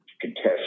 contest